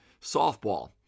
softball